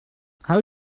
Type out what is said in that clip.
how